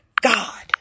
God